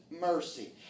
mercy